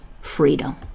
freedom